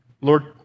Lord